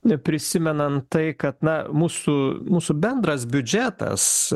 prisimenant tai kad na mūsų mūsų bendras biudžetas